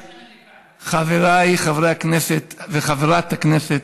חבריי חברי הכנסת וחברת הכנסת,